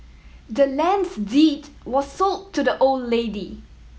the land's deed was sold to the old lady